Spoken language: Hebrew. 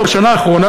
בשנה האחרונה,